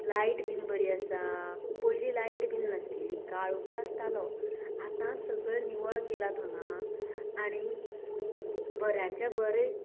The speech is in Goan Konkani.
लायट बीन बरी आसा पयली लायट बिल नासल्ली काळोखूच आसातलो आतां सगळें निवळ केलां हांगा आनी बऱ्याच्या बरें